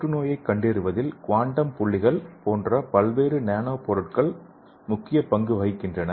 புற்றுநோயைக் கண்டறிவதில் குவாண்டம் புள்ளிகள் போன்ற பல்வேறு நானோ பொருட்கள் முக்கிய பங்கு வகிக்கின்றன